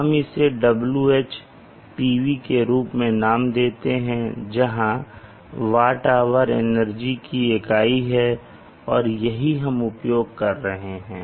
हम इसे WHPV के रूप में नाम देंगे जहां वाट आवर एनर्जी की इकाई है और यही हम उपयोग कर रहे हैं